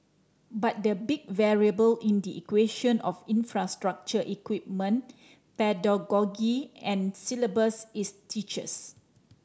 but the big variable in the equation of infrastructure equipment pedagogy and syllabus is teachers